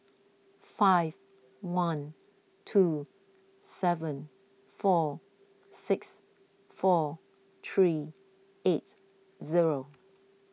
five one two seven four six four three eight zero